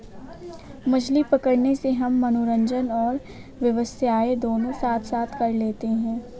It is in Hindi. मछली पकड़ने से हम मनोरंजन और व्यवसाय दोनों साथ साथ कर लेते हैं